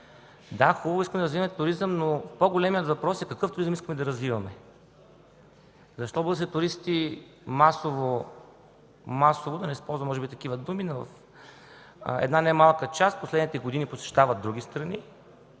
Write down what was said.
Да, искаме да развиваме туризъм, но по-големият въпрос е: какъв туризъм искаме да развиваме? Защо българските туристи масово, да не използвам може би такава дума, но една немалка част през последните години посещават други страни